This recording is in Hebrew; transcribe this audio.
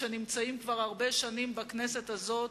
שנמצאים כבר הרבה שנים בכנסת הזאת,